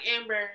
Amber